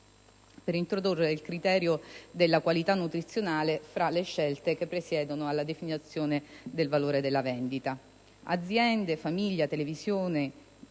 per introdurre il criterio della qualità nutrizionale fra le scelte che presiedono alla definizione del valore della vendita.